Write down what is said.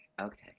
okay